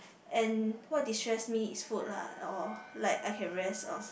and what destress me is food lah or like I can rest or